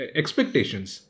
expectations